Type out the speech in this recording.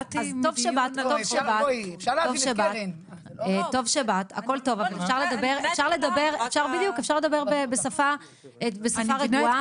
אז טוב שבאת, הכל טוב, רק אפשר לדבר בשפה רגועה.